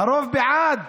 הרוב בעד.